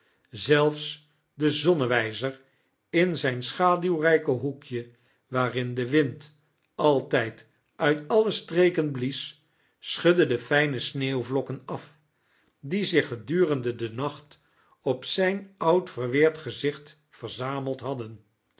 zelfs de zonnewijzer in zijn schaduwrijk hoekje waarin de wind altijd uit alle streken blies schudde de fijne sneeuwvlokken af die zich gedurende den nacht op zijn oud verweerd gezicht verzameld hadden